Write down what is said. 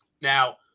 Now